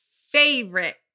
favorite